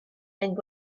and